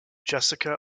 jessica